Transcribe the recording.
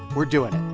we're doing